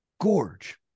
Gorge